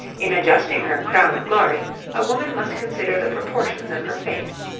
in adjusting her crown of glory a woman must consider the proportions of her face.